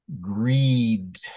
greed